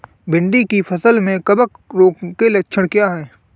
भिंडी की फसल में कवक रोग के लक्षण क्या है?